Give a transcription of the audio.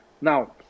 Now